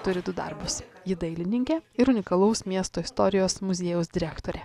turi du darbus ji dailininkė ir unikalaus miesto istorijos muziejaus direktorė